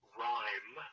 rhyme